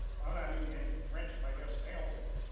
well, i'm not eating anything french it might have snails in it.